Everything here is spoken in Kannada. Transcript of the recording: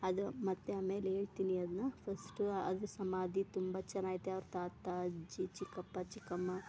ಅದು ಮತ್ತು ಆಮೇಲೆ ಹೇಳ್ತಿನಿ ಅದನ್ನ ಫಸ್ಟು ಅದು ಸಮಾಧಿ ತುಂಬ ಚೆನ್ನಾಗಿದೆ ಅವ್ರ ತಾತ ಅಜ್ಜಿ ಚಿಕ್ಕಪ್ಪ ಚಿಕ್ಕಮ್ಮ